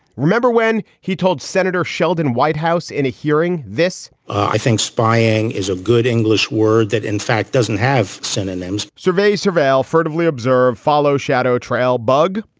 remember when he told senator sheldon whitehouse in a hearing this, i think spying is a good english word that in fact doesn't have synonyms. survey, surveill, furtively observed, follow, shadow trail bug.